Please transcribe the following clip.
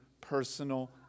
personal